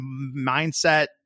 mindset